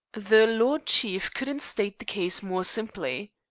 the lord chief couldn't state the case more simply.